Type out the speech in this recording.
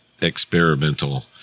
experimental